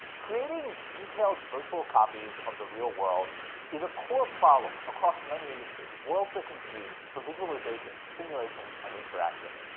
creating detailed virtual copies of the real world is a core problem across many industries, worlds that can be used for visualization, simulation and interaction.